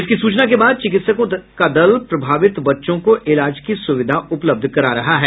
इसकी सूचना के बाद चिकित्सकों का दल प्रभावित बच्चों को इलाज की सुविधा उपलब्ध करा रहा है